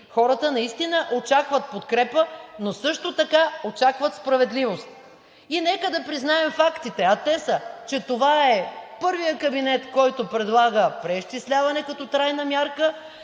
Хората наистина очакват подкрепа, но също така очакват справедливост. И нека да признаем фактите, а те са, че това е първият кабинет, който предлага преизчисляване като трайна мярка